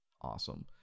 awesome